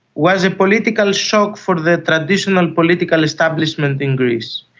was a political shock for the traditional political establishment in greece.